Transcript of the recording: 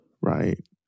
right